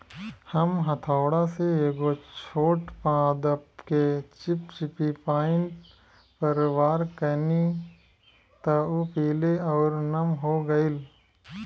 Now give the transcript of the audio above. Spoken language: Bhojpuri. हम हथौड़ा से एगो छोट पादप के चिपचिपी पॉइंट पर वार कैनी त उ पीले आउर नम हो गईल